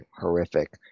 horrific